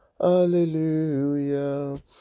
Hallelujah